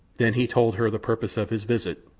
then he told her the purpose of his visit,